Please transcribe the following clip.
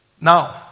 Now